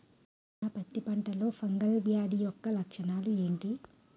నా పత్తి పంటలో ఫంగల్ వ్యాధి యెక్క లక్షణాలు ఏంటి?